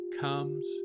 comes